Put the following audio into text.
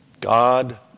God